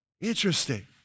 Interesting